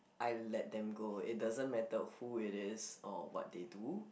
I let them go it doesn't matter who it is or what they do